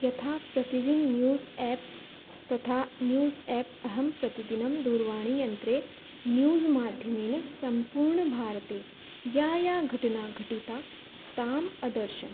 यथा प्रतिदिनं news apps तथा न्यूस् एप् अहं प्रतिदिनं दूरवाणीयन्त्रे न्यूस् माध्यमेन सम्पूर्णभारते या या घटना घटिता ताम् अदर्शम्